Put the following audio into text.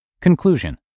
Conclusion